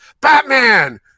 Batman